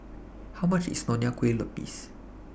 How much IS Nonya Kueh Lapis